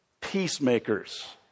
peacemakers